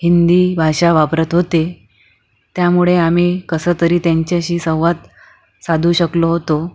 हिंदी भाषा वापरत होते त्यामुळे आम्ही कसंतरी त्यांच्याशी संवाद साधू शकलो होतो